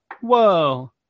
Whoa